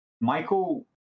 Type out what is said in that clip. michael